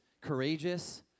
courageous